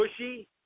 pushy